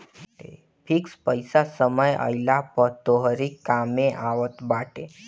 fix पईसा समय आईला पअ तोहरी कामे आवत बाटे